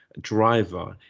driver